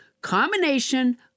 combination